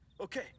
Okay